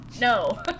No